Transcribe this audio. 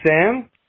Sam